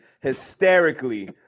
hysterically